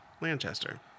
Lancaster